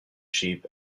sheep